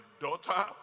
daughter